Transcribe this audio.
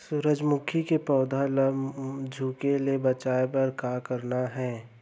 सूरजमुखी के पौधा ला झुके ले बचाए बर का करना हे?